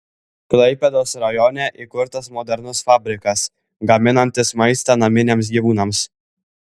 klaipėdos rajone įkurtas modernus fabrikas gaminantis maistą naminiams gyvūnams